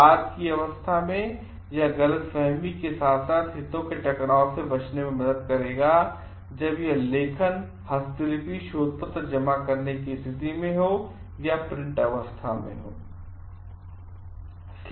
बाद की अवस्था में यह गलतफहमी के साथ साथ हितों के टकराव से बचने में मदद करेगा जब यह लेखन हस्तलिपि शोध पत्र जमा करने की स्थिति में या प्रिंट अवस्था में हो